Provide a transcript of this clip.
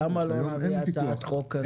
למה לא להביא הצעת חוק כזאת?